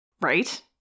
Right